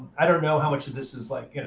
i don't know how much of this is, like,